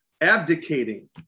Abdicating